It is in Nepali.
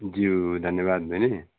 ज्यू धन्यवाद बहिनी